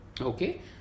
Okay